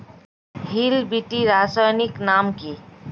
Hill বিটি রাসায়নিক নাম কি?